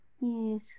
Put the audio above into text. Yes